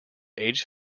age